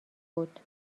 بود